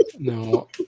No